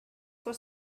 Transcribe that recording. for